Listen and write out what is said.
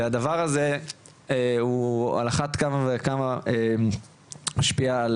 הדבר הזה על אחת כמה וכמה משפיע על